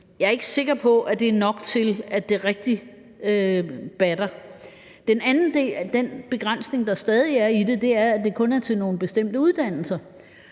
Jeg er ikke sikker på, at det er nok til, at det rigtig batter. Den begrænsning, der stadig er i det, er, at det kun er til nogle bestemte uddannelser.